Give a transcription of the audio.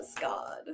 God